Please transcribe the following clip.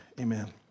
Amen